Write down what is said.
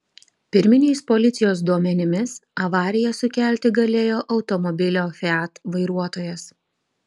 pirminiais policijos duomenimis avariją sukelti galėjo automobilio fiat vairuotojas